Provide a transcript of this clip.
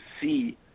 see